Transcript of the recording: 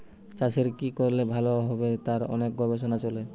চাষের কি করলে কি ভালো হবে তার অনেক গবেষণা চলে